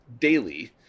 daily